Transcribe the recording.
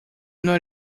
not